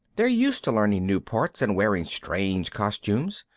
they're used to learning new parts and wearing strange costumes.